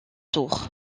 tour